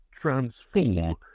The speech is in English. transform